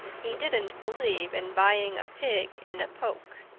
he didn't believe in buying a pig in a poke.